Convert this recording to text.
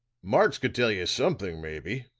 marx could tell you something, maybe,